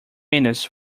minutes